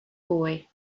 boy